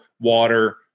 water